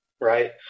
Right